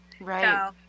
right